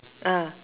ah